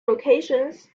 occasions